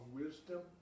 wisdom